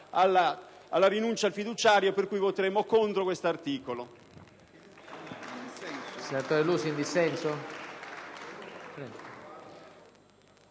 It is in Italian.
alla rinuncia al fiduciario, per cui voteremo contro l'articolo